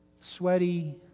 sweaty